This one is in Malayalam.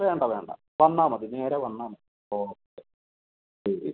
വേണ്ട വേണ്ട വന്നാൽമതി നേരെ വന്നാൽമതി ഓക്കേ ശരി